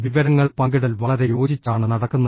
വിവരങ്ങൾ പങ്കിടൽ വളരെ യോജിച്ചാണ് നടക്കുന്നത്